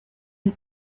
and